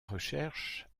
recherche